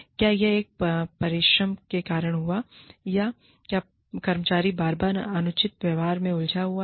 क्या यह एक परिश्रम के कारण हुआ या क्या कर्मचारी बार बार अनुचित व्यवहार में उलझा हुआ है